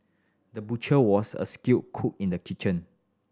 the butcher was a skilled cook in the kitchen